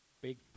big